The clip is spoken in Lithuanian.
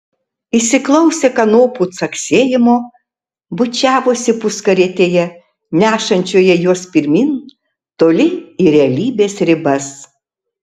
įsiklausę kanopų caksėjimo bučiavosi puskarietėje nešančioje juos pirmyn toli į realybės ribas